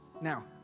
Now